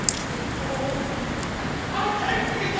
take all myself. i take thee